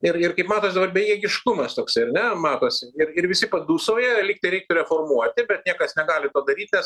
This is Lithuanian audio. ir ir kaip matos dabar bejėgiškumas toksai ar ne matosi ir ir visi padūsauja lyg tai reiktų reformuoti bet niekas negali to daryt nes